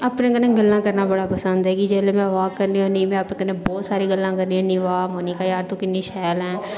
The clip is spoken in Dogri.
अपने कन्नै गल्लां करना बड़ा पसंद ऐ कि जिसलै में वाक करनी होन्नी अपने कन्नै बहूत सारी गल्लां करनी होन्नी बाह् मोनिका यार तू किन्नी शैल ऐ